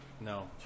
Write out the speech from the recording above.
No